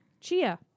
chia